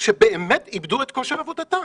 שבאמת איבדו את כושר עבודתם.